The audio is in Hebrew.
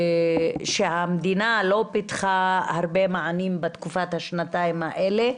ושהמדינה לא פיתחה הרבה מענים בתקופת השנתיים האלה.